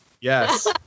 yes